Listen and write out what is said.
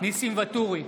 ניסים ואטורי,